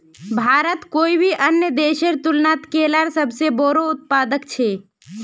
भारत कोई भी अन्य देशेर तुलनात केलार सबसे बोड़ो उत्पादक छे